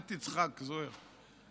אל תצחק, זוהיר.